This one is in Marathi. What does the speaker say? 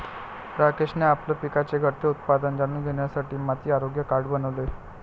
राकेशने आपल्या पिकाचे घटते उत्पादन जाणून घेण्यासाठी माती आरोग्य कार्ड बनवले